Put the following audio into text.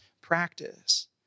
practice